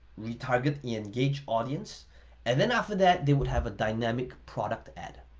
retarget the engaged audience and then after that they would have a dynamic product ad.